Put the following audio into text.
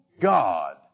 God